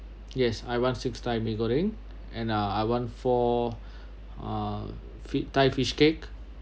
yes I want six thai mee goreng and uh I want four uh fi~ thai fish cake